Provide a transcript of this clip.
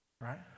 right